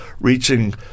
reaching